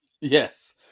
Yes